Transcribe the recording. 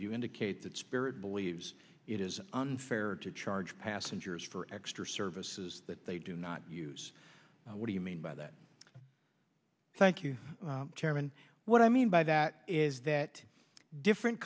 you indicate that spirit believes it is unfair to charge passengers for extra services that they do not use what do you mean by that thank you chairman what i mean by that is that different